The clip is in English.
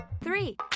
Three